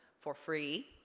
for free,